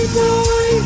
boy